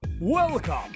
Welcome